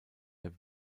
der